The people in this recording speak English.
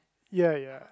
ya ya